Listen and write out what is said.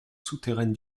souterraine